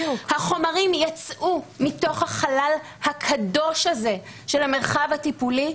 החומרים מהחלל הקדוש הזה של המרחב הטיפולי.